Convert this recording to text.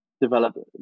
develop